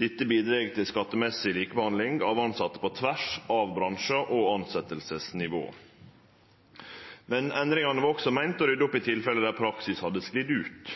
Dette bidreg til skattemessig likebehandling av tilsette på tvers av bransjar og tilsettingsnivå. Men endringane var også meinte å rydde opp i tilfelle der praksis hadde sklidd ut,